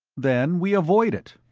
then we avoid it.